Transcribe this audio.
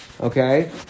okay